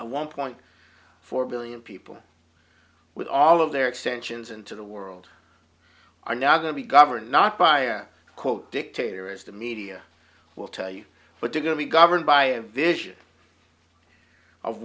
and one point four million people with all of their extensions into the world are now going to be governed not by a quote dictator as the media will tell you but they're going to be governed by a vision of